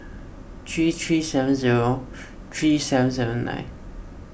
three three seven zero three seven seven nine